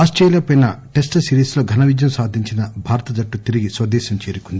Australia పై test series లో ఘన విజయం సాధించిన భారత జట్టు తిరిగి స్వదేశం చేరుకుంది